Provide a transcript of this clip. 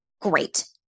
great